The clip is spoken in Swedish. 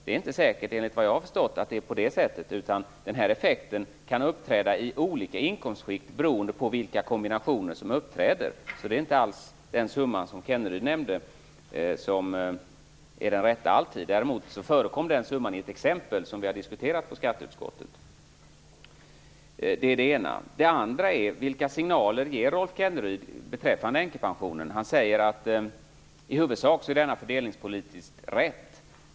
Det är inte säkert att det är på det sättet, enligt vad jag har förstått, utan denna effekt kan uppträda i olika inkomstskikt beroende på vilka kombinationer som uppträder. Så det är inte alls den summa som Rolf Kenneryd nämnde som alltid är den rätta. Däremot förekom summan i ett exempel som vi har diskuterat i skatteutskottet. Det är det ena. Det andra är vilka signaler Rolf Kenneryd ger beträffande änkepensionen. Han säger att det i huvudsak är fördelningspolitiskt rätt.